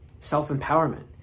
self-empowerment